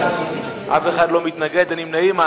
אף אחד לא מתנגד ואין נמנעים.